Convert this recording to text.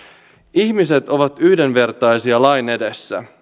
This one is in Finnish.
ihmiset ovat yhdenvertaisia lain edessä